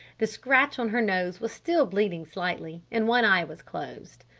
the scratch on her nose was still bleeding slightly. and one eye was closed.